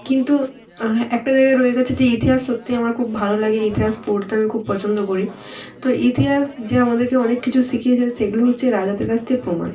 কিন্তু একটা জায়গায় রয়ে গেছে যে ইতিহাস সত্যিই আমার খুব ভালো লাগে এই ইতিহাস পড়তে আমি খুব পছন্দ করি তো ইতিহাস যে আমাদেরকে অনেক কিছু শিখিয়েছে সেগুলো হচ্ছে রাজাদের কাছ থেকে প্রমাণ